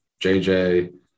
jj